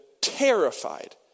terrified